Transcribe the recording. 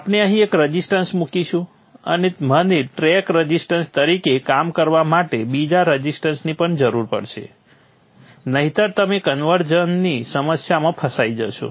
આપણે અહીં એક રઝિસ્ટન્સ મૂકીશું અને મને ટ્રેક રઝિસ્ટન્સ તરીકે કામ કરવા માટે બીજા રઝિસ્ટન્સની પણ જરૂર પડશે નહીંતર તમે કન્વર્ઝનની સમસ્યાઓમાં ફસાઈ જશો